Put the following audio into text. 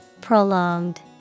Prolonged